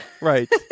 Right